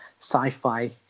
sci-fi